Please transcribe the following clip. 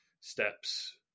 steps